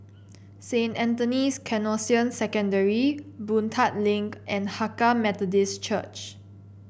Saint Anthony's Canossian Secondary Boon Tat Link and Hakka Methodist Church